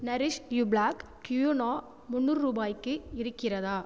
nourish you black quinoa முன்னூறு ரூபாய்க்கு இருக்கிறதா